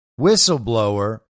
whistleblower